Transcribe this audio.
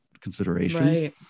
considerations